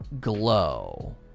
glow